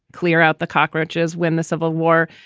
clear out the cockroaches when the civil war,